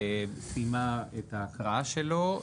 וסיימה את ההקראה שלו.